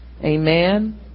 Amen